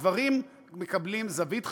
הדברים מקבלים זווית חדשה,